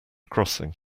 crossing